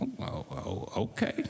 okay